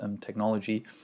technology